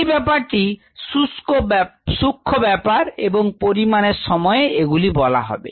এই ব্যাপারগুলি সুক্ষ্ম ব্যাপার এবং পরিমাপের সময়ে এগুলি বলা হবে